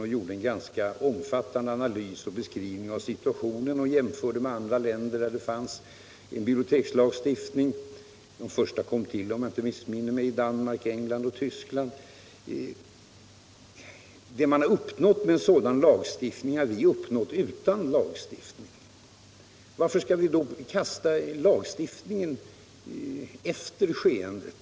Vi gjorde en omfattande analys och beskrivning av situationen och gjorde jämförelser med andra länder, där man har en bibliotekslagstiftning. De första lagstiftningarna på detta område kom till, om jag minns rätt, i Danmark, England och Tyskland. Det man där har uppnått med en lagstiftning har vi uppnått utan lagstiftning. Varför skall vi då komma med en lagstiftning efteråt?